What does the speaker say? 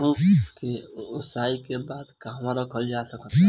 गेहूँ के ओसाई के बाद कहवा रखल जा सकत बा?